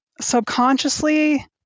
subconsciously